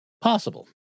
possible